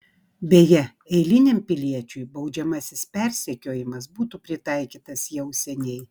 beje eiliniam piliečiui baudžiamasis persekiojimas būtų pritaikytas jau seniai